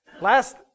Last